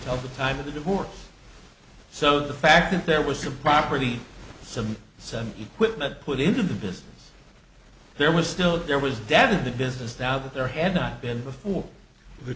until the time of the divorce so the fact that there was a property some some equipment put into the business there was still there was dad in the business doubt that there had not been before the